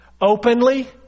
openly